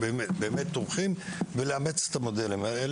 ולאמץ אותם.